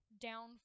down